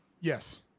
Yes